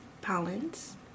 balance